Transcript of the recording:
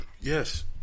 Yes